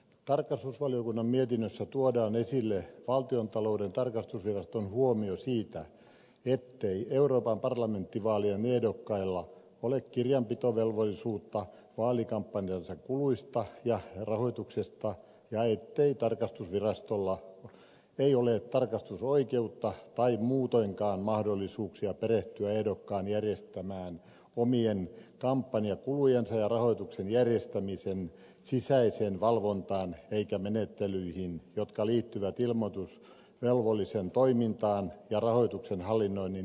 tarkastusvaliokunnan mietinnössä tuodaan esille valtiontalouden tarkastusviraston huomio siitä ettei euroopan parlamenttivaalien ehdokkailla ole kirjanpitovelvollisuutta vaalikampanjansa kuluista ja rahoituksesta ja ettei tarkastusvirastolla ole tarkastusoikeutta tai muutoinkaan mahdollisuuksia perehtyä ehdokkaan järjestämään omien kampanjakulujensa ja rahoituksen järjestämisen sisäiseen valvontaan eikä menettelyihin jotka liittyvät ilmoitusvelvollisen toimintaan ja rahoituksen hallinnoinnin järjestelyihin